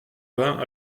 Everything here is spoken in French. vingt